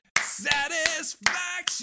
Satisfaction